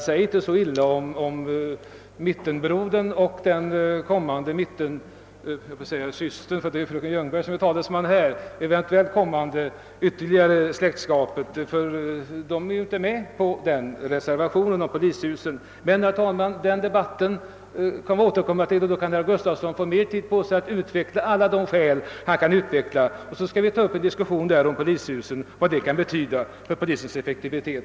Säg inte så om mittenbrodern och den kommande mittensystern — eftersom det är fröken Ljungberg som här är talesman — med tanke på ett eventuellt närmare släktskap, ty vederbörande står ju inte bakom reservationen beträffande polishusen! Men, herr talman, den frågan kan vi återkomma till, och då kan herr Gustafsson få mer tid på sig att framlägga alla tänkbara skäl, och då kan vi också diskutera polishusens betydelse för polisens effektivitet.